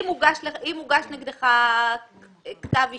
אם הוגש נגדך כתב אישום,